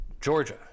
Georgia